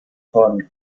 von